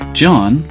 John